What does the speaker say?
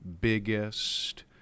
biggest